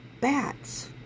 bats